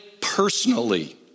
personally